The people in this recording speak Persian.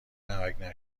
نمکـ